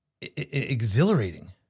exhilarating